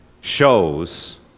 shows